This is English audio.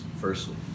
firstly